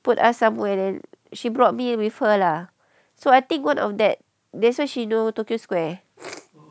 put us somewhere then she brought me with her lah so I think one of that that's why she know tokyo square